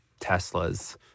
Teslas